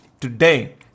Today